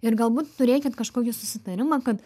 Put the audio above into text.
ir galbūt turėkit kažkokį susitarimą kad